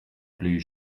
blue